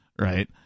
right